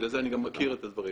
בגלל זה אני גם מכיר את הדברים